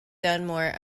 dunmore